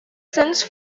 since